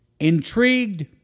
Intrigued